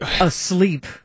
asleep